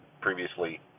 previously